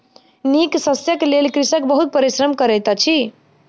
नीक शस्यक लेल कृषक बहुत परिश्रम करैत अछि